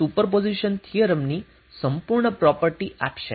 તેથી આ સુપરપોઝિશન થિયરમની સંપૂર્ણ પ્રોપર્ટિ આપશે